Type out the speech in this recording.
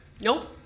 Nope